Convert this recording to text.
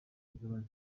imigabane